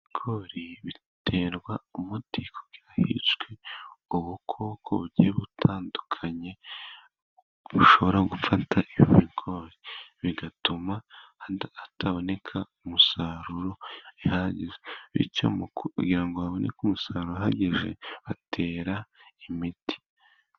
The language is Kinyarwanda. Ibigori biterwa umuti kugira ngo hicwe ubukoko butandukanye ,bushobora gufata ibigori bigatuma hataboneka umusaruro uhagije, kugira ngo haboneke umusaruro uhagije, batera imiti.